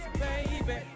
baby